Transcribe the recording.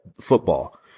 football